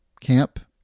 Camp